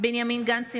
בנימין גנץ,